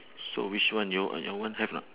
so which one you uh your one have or not